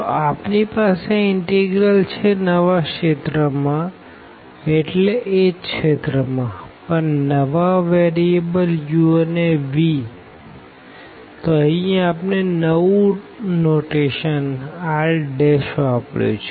તો આપણી પાસે આ ઇનટેગરલ છે નવા રીજિયન માં એટલે એજ રીજિયન માંપણ નવા વેરીએબલ u and vતો અહી આપણે નવું નોટેશન R વાપર્યું છે